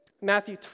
Matthew